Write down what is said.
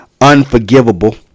Unforgivable